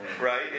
right